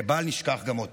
כי בל נשכח גם אותו.